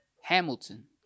Hamilton